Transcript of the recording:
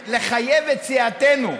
לא להפריע לחבר הכנסת יוסי יונה.